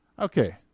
Okay